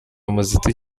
umuziki